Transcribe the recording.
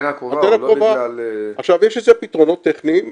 אנטנה קרובה לא מגיעה ל- -- יש לזה פתרונות טכניים,